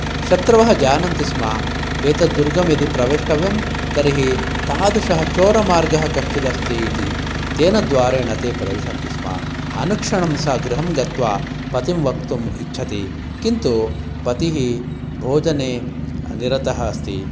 शत्रवः जानन्ति स्म एतत् दूर्गं यदि प्रवेष्टव्यं तर्हि तादृशः चोरमार्गः कश्चित् अस्ति इति तेन द्वारेण ते प्रविशन्ति स्म अनुक्षणं सा गृहं गत्वा पतिं वक्तुम् इच्छति किन्तु पतिः भोजने निरतः अस्ति